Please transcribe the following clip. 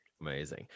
Amazing